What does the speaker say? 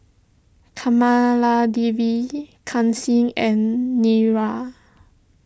Kamaladevi Kanshi and Niraj